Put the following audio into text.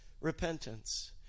repentance